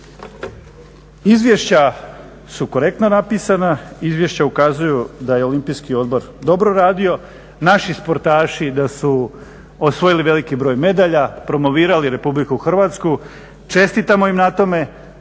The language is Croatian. izvješća su korektno napisana, izvješća ukazuju da je Olimpijski odbor dobro radio, naši sportaši da su osvojili veliki broj medalja, promovirali RH, čestitamo im na tome,